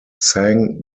sang